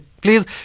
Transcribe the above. Please